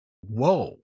Whoa